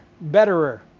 Betterer